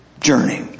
journey